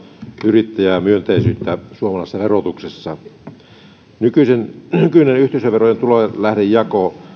yrittäjämyönteisyyttä suomalaisessa verotuksessa nykyinen yhteisöverojen tulolähdejako